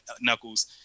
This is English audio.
knuckles